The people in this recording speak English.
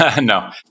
No